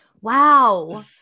Wow